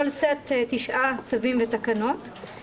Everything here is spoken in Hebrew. כל סט תשעה צווים ותקנות,